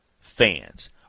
fans